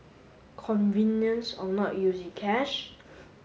convenience of not using cash